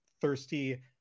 Thirsty